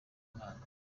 imana